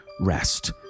rest